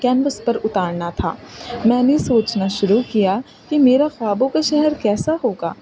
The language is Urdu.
کینوس پر اتارنا تھا میں نے سوچنا شروع کیا کہ میرا خوابوں کا شہر کیسا ہوگا